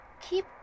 keep